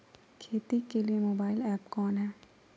खेती के लिए मोबाइल ऐप कौन है?